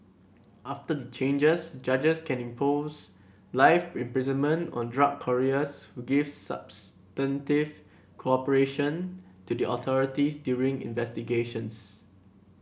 after the changes judges can impose life imprisonment on drug couriers who give substantive cooperation to the authorities during investigations